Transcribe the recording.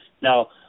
Now